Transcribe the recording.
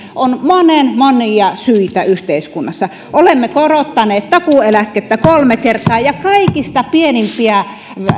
on monen monia syitä yhteiskunnassa olemme korottaneet takuueläkettä kolme kertaa ja ja kaikista pienimpiä